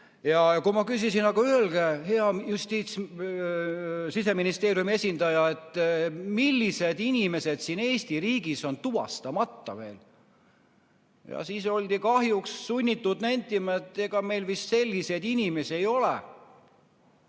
Kui ma küsisin, et öelge, hea Siseministeeriumi esindaja, millised inimesed siin Eesti riigis on veel tuvastamata, siis oldi kahjuks sunnitud nentima, et ega meil vist selliseid inimesi ei ole.